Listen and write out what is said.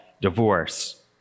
divorce